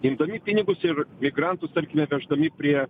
imdami pinigus ir migrantus tarkime veždami prie